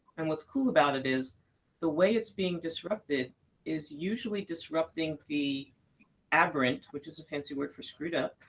and what's cool about it is the way it's being disrupted is usually disrupting the aberrant, which is a fancy word for screwed up,